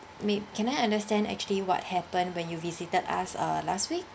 may can I understand actually what happened when you visited us uh last week